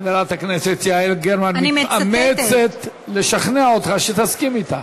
חברת הכנסת יעל גרמן מתאמצת לשכנע אותך שתסכים אתה.